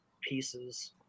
pieces